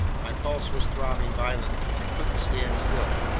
my pulse was throbbing violently. i couldn't stand still.